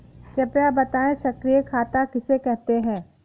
कृपया बताएँ सक्रिय खाता किसे कहते हैं?